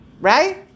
Right